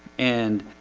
and